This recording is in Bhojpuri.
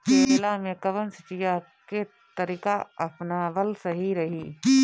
केला में कवन सिचीया के तरिका अपनावल सही रही?